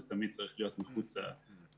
זה תמיד צריך להיות מחוץ למטרופולין,